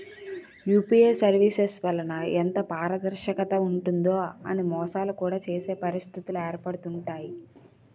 UPI services వలన ఎంత పారదర్శకత ఉంటుందో అని మోసాలు కూడా చేసే పరిస్థితిలు ఏర్పడుతుంటాయి